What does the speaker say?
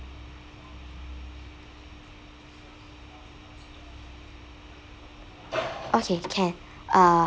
okay can uh